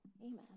amen